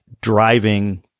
driving